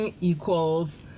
equals